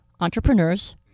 entrepreneurs